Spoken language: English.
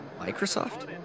Microsoft